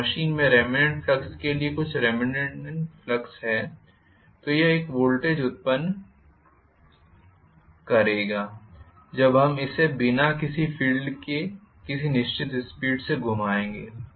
यदि मशीन में remanent flux के लिए कुछ रिमेनिंग फ्लक्स है तो यह एक वोल्टेज उत्पन्न करेगा जब हम इसे बिना किसी फील्ड के किसी निश्चित स्पीड से घुमाएंगे